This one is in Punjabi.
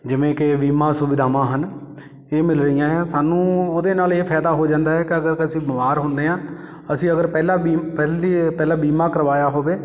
ਜਿਵੇਂ ਕਿ ਬੀਮਾ ਸੁਵਿਧਾਵਾਂ ਹਨ ਇਹ ਮਿਲ ਰਹੀਆਂ ਆ ਸਾਨੂੰ ਉਹਦੇ ਨਾਲ ਇਹ ਫਾਇਦਾ ਹੋ ਜਾਂਦਾ ਕਿ ਅਗਰ ਅਸੀਂ ਬਿਮਾਰ ਹੁੰਦੇ ਹਾਂ ਅਸੀਂ ਅਗਰ ਪਹਿਲਾ ਬੀ ਪਹਿਲੇ ਪਹਿਲਾ ਬੀਮਾ ਕਰਵਾਇਆ ਹੋਵੇ